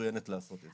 מצוינת לעשות את זה.